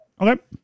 Okay